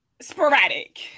sporadic